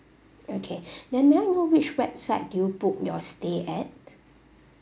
okay then may I know which website do you book your stay at